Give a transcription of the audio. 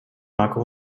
marke